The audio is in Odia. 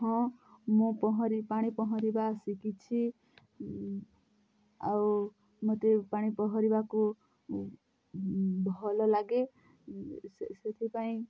ହଁ ମୁଁ ପହଁରି ପାଣି ପହଁରିବା ଶିଖିଛି ଆଉ ମୋତେ ପାଣି ପହଁରିବାକୁ ଭଲ ଲାଗେ ସେଥିପାଇଁ